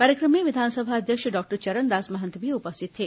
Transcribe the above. कार्यक्रम में विधानसभा अध्यक्ष डॉक्टर चरणदास महंत भी उपस्थित थे